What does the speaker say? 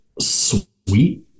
sweet